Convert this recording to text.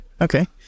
Okay